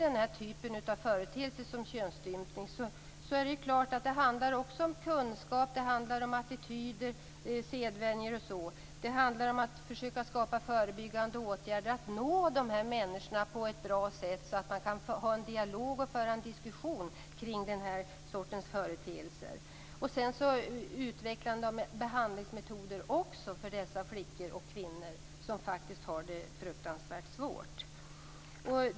En företeelse som könsstympning handlar om kunskap, attityd, sedvänjor osv. Det handlar om att skapa förebyggande åtgärder och att nå människorna på ett bra sätt, en dialog och diskussion kring den sortens företeelser. Det gäller också utveckling av behandlingsmetoder för dessa flickor och kvinnor som lider svårt.